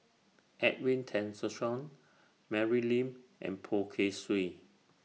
Edwin Tessensohn Mary Lim and Poh Kay Swee